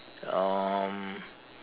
um